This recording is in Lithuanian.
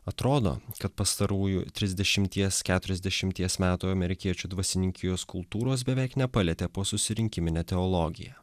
atrodo kad pastarųjų trisdešimties keturiasdešimties metų amerikiečių dvasininkijos kultūros beveik nepalietė po susirinkiminė teologija